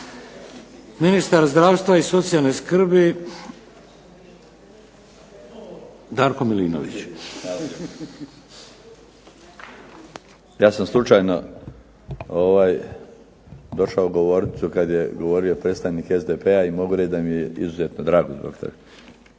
Ministar zdravstva i socijalne skrbi, Darko Milinović. **Milinović, Darko (HDZ)** Hvala lijepo. Ja sam slučajno došao u govornicu kad je govorio predstavnik SDP-a i mogu reći da mi je izuzetno drago zbog toga.